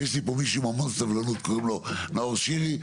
ויש לי פה מישהו עם המון סבלנות קוראים לו נאור שירי,